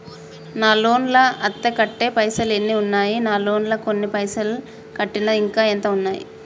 నా లోన్ లా అత్తే కట్టే పైసల్ ఎన్ని ఉన్నాయి నా లోన్ లా కొన్ని పైసల్ కట్టిన ఇంకా ఎంత ఉన్నాయి?